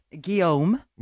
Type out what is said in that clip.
Guillaume